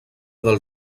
del